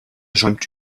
schäumt